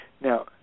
Now